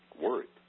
worried